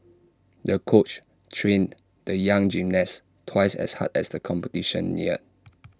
the coach trained the young gymnast twice as hard as the competition neared